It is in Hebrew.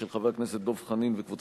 של חבר הכנסת דב חנין